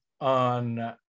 on